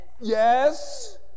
Yes